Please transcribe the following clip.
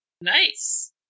Nice